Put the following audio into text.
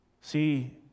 See